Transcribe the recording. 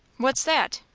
what's that?